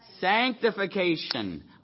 sanctification